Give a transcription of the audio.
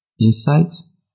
Insights